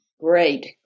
Great